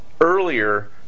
earlier